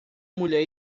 mulher